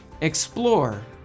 explore